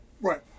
right